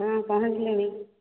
ହଁ ପହଞ୍ଚିଲିଣି